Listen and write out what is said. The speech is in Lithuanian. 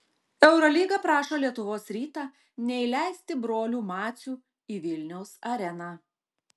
eurolyga prašo lietuvos rytą neįleisti brolių macių į vilniaus areną